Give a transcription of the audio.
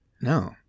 No